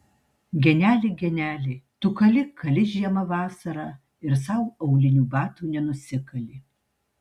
geneli geneli tu kali kali žiemą vasarą ir sau aulinių batų nenusikali